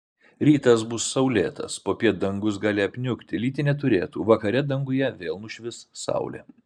rytas bus saulėtas popiet dangus gali apniukti lyti neturėtų vakare danguje vėl nušvis saulė